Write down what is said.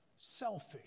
selfish